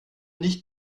nicht